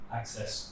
access